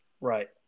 Right